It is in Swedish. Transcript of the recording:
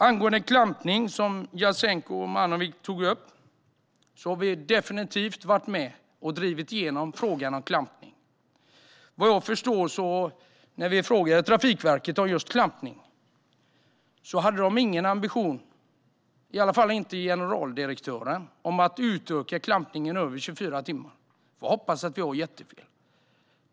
Angående klampning, som Jasenko Omanovic tog upp, har vi definitivt varit med och drivit igenom denna fråga. Vad jag förstår hade Trafikverket, när vi frågade dem om klampning, ingen ambition - i alla fall inte generaldirektören - att utöka klampningen över 24 timmar. Jag hoppas att jag har jättefel.